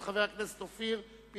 את חבר הכנסת אופיר פינס-פז.